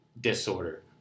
disorder